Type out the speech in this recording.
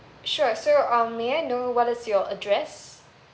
sure so um may I know what is your address